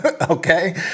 okay